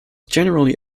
generally